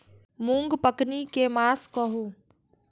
मूँग पकनी के मास कहू?